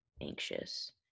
anxious